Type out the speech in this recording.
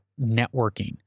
networking